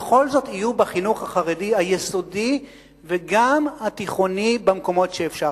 בכל זאת יהיו בחינוך החרדי היסודי וגם התיכוני במקומות שאפשר.